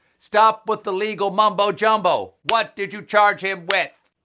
stop with the legal mumbo jumbo, what did you charge him with?